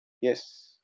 Yes